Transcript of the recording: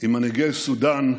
עם מנהיגי סודאן,